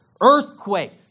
earthquake